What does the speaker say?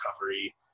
recovery